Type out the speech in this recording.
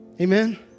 Amen